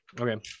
Okay